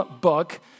book